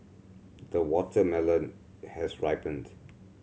the watermelon has ripened